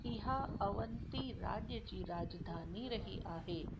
इहा अवंती राज्य जी राजधानी रही आहे